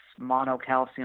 monocalcium